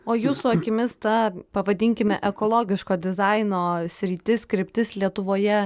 o jūsų akimis tą pavadinkime ekologiško dizaino sritis kryptis lietuvoje